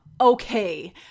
Okay